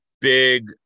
big